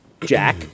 jack